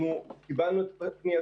אנחנו קיבלנו את פנייתכם,